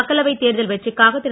மக்களவை தேர்தல் வெற்றிக்காக திரு